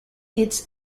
its